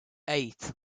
eight